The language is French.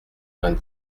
vingt